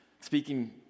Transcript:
Speaking